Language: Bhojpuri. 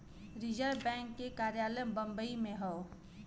रिज़र्व बैंक के कार्यालय बम्बई में हौ